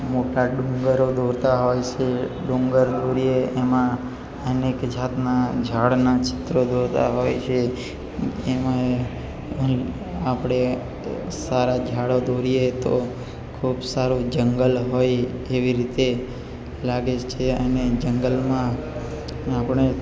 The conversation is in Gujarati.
મોટા ડુંગરો દોરતા હોય છે ડુંગર દોરીએ એમાં અનેક જાતના ઝાડના ચિત્રો દોરતા હોય છે એમાં એ આપણે સારા ઝાડો દોરીએ તો ખૂબ સારું જંગલ હોય એવી રીતે લાગે છે અને જંગલમાં આપણે